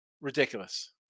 Ridiculous